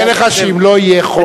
אני מודיע לך שאם לא יהיה חוק,